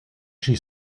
she